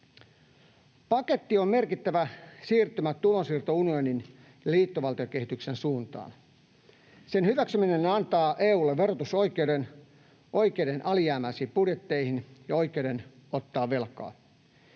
Paketti on merkittävä siirtymä tulonsiirtounionin ja liittovaltiokehityksen suuntaan. Sen hyväksyminen antaa EU:lle verotusoikeuden, oikeuden alijäämäisiin budjetteihin ja oikeuden ottaa velkaa.